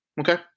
Okay